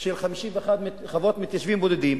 של 51 חוות מתיישבים בודדים,